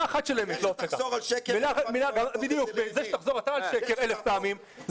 זה שתחזור על שקר --- זה שתחזור אתה על שקר אלף פעמים,